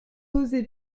osé